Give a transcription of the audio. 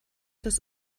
des